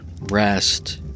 rest